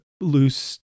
loose